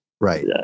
Right